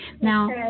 Now